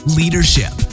leadership